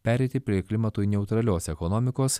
pereiti prie klimatui neutralios ekonomikos